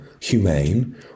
humane